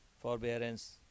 forbearance